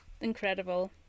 Incredible